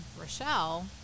Rochelle